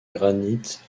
granite